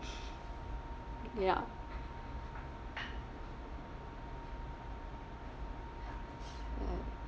ya